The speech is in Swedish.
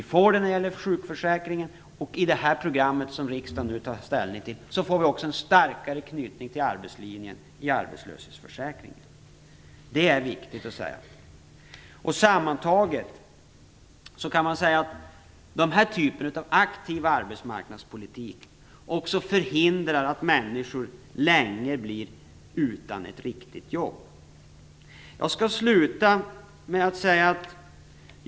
Det är viktigt att framhålla detta. Sammantaget kan jag säga att den här typen av aktiv arbetsmarknadspolitik också förhindrar att människor länge står utan ett riktigt jobb.